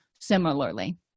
similarly